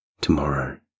tomorrow